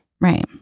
Right